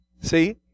see